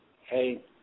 Hey